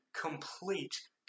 complete